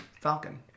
Falcon